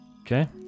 Okay